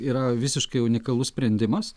yra visiškai unikalus sprendimas